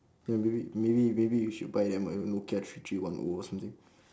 maybe maybe maybe you should buy them a nokia three three one O or something